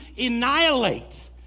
annihilate